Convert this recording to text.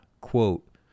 Quote